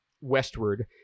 westward